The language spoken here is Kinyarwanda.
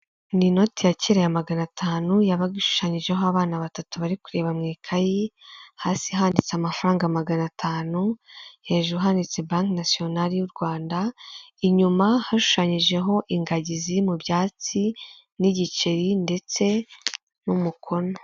Ni inoti yakiye magana atanu yabaga ishushanyijeho abana batatu bari kureba mu ikayi, hasi handitse amafaranga magana atanu hejuru hanitse banki nasiyonari y'u Rwanda inyuma hashushanyijeho ingagi ziri mu byatsi nigiceri ndetse n'umukono.